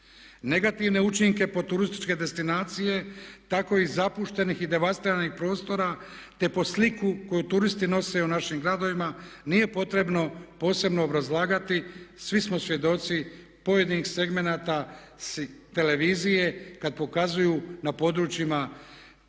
Negativne učinke po turističke destinacije takvih zapuštenih i devastiranih prostora te po sliku koju turisti nose o našim gradovima nije potrebno posebno obrazlagati, svi smo svjedoci pojedinih segmenata s televizije kad pokazuju na područjima